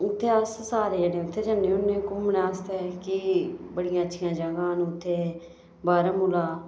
उत्थें अस सारे जने उत्थें जन्ने होन्ने आं घूमने आस्तै कि बड़ी अच्छियां जगह् न उत्थें बारामूला